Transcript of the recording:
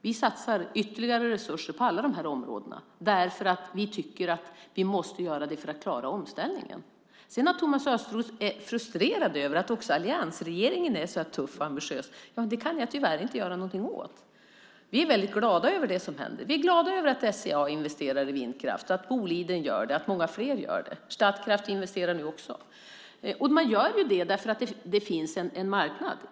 Vi satsar ytterligare resurser på alla de här områdena, därför att vi tycker att vi måste göra det för att klara omställningen. Att Thomas Östros är frustrerad över att också alliansregeringen är så här tuff och ambitiös kan jag tyvärr inte göra någonting åt. Vi är väldigt glada över det som händer. Vi är glada över att SCA investerar i vindkraft, att Boliden gör det och att många fler gör det. Stadtkraft investerar nu också. Man gör ju det därför att det finns en marknad.